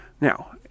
Now